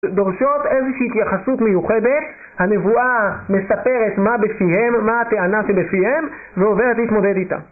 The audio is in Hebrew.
דורשות איזושהי התייחסות מיוחדת, הנבואה מספרת מה בפיהם, מה הטענה שבפיהם, ועוברת להתמודד איתה.